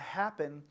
happen